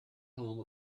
home